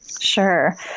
Sure